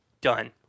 Done